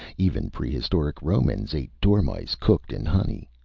even prehistoric romans ate dormice cooked in honey!